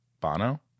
bono